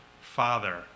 father